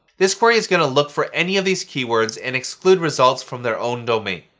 this query is going to look for any of these keywords and exclude results from their own domain.